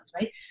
right